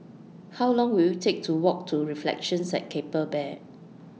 How Long Will IT Take to Walk to Reflections At Keppel Bay